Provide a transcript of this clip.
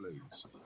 lose